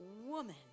woman